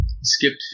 skipped